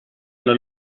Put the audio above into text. alla